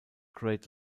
great